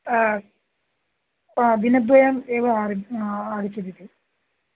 दिनद्वयम् एव आगच्छति ते